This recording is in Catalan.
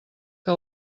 que